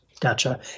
Gotcha